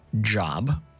job